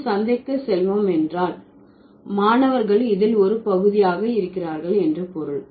நாம் சந்தைக்கு செல்வோம் என்றால் மாணவர்கள் இதில் ஒரு பகுதியாக இருக்கிறார்கள் என்று பொருள்